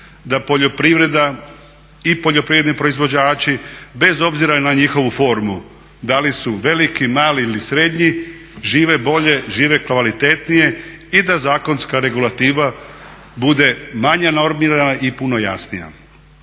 da poljoprivreda i poljoprivredni proizvođači bez obzira na njihovu formu da li su veliki, mali ili srednji žive bolje, žive kvalitetnije i da zakonska regulativa bude manje normirana i puno jasnija.